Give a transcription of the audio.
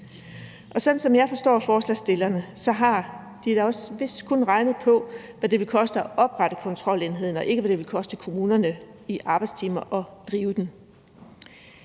Sådan som jeg forstår forslagsstillerne, har de da vist også kun regnet på, hvad det vil koste at oprette kontrolenheden, og ikke, hvad det vil koste kommunerne i arbejdstimer at drive den.